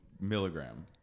milligram